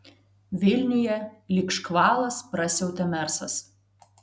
vilniuje lyg škvalas prasiautė mersas